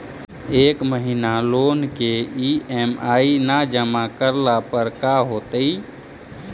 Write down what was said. एक महिना लोन के ई.एम.आई न जमा करला पर का होतइ?